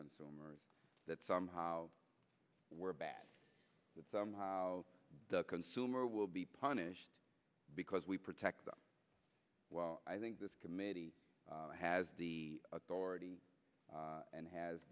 consumers that somehow we're bad somehow the consumer will be punished because we protect them well i think this committee has the authority and has